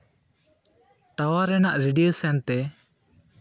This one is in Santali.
ᱴᱟᱣᱟᱨ ᱨᱮᱱᱟᱜ ᱨᱮᱰᱤᱭᱮᱥᱚᱱ ᱛᱮ